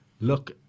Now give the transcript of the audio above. look